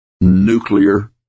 nuclear